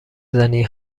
زنی